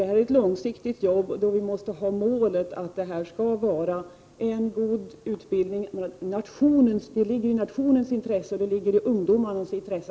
Detta är ett långsiktigt arbete, och målet måste vara att få fram en god utbildning. Detta ligger i både nationens och ungdomarnas intresse.